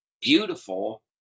beautiful